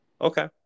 Okay